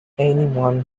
anyone